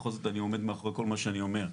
בכל זאת אני עומד מאחורי כל מה שאני אומר: